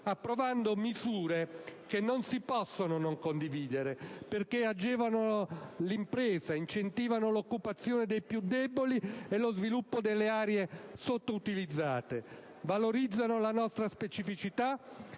approvando misure che non si possono non condividere perché agevolano l'impresa, incentivano l'occupazione dei più deboli e lo sviluppo delle aree sottoutilizzate, valorizzano le nostre specificità